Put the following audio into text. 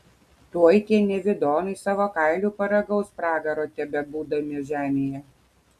tuoj tie nevidonai savo kailiu paragaus pragaro tebebūdami žemėje